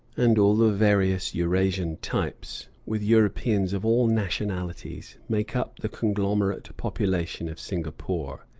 and all the various eurasian types, with europeans of all nationalities, make up the conglomerate population of singapore.